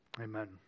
amen